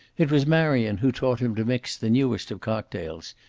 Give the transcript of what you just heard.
it was marion who taught him to mix the newest of cocktails,